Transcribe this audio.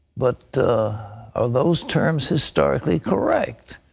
but are those terms historically correct?